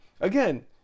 again